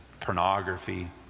pornography